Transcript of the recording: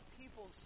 people